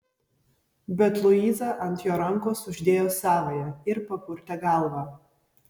bet luiza ant jo rankos uždėjo savąją ir papurtė galvą